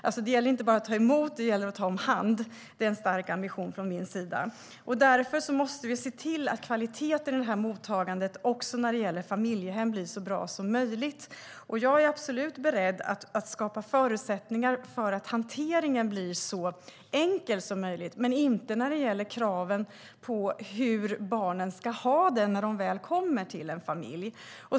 Det gäller alltså inte att bara ta emot dem utan också att ta hand om dem. Det är en stark ambition från min sida. Därför måste vi se till att kvaliteten i detta mottagande också när det gäller familjehem blir så bra som möjligt. Jag är absolut beredd att skapa förutsättningar för att hanteringen blir så enkel som möjligt, men inte när det gäller kraven på hur barnen ska ha det när de väl kommer till en familj.